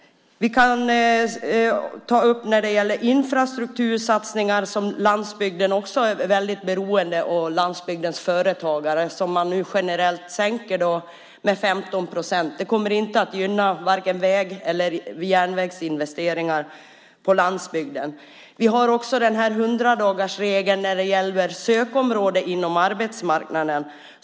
Vi kan ta upp infrastruktursatsningar som landsbygden och landsbygdens företagare är väldigt beroende av. Dessa sänker man nu generellt med 15 procent. Det kommer inte att gynna vare sig väg eller järnvägsinvesteringar på landsbygden. Vi har också den här 100-dagarsregeln när det gäller sökområden på arbetsmarknaden.